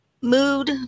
mood